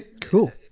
Cool